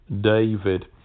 David